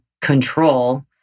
control